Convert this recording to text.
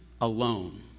alone